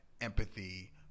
empathy